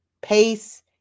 pace